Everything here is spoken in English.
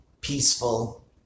peaceful